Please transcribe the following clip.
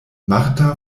marta